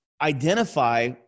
identify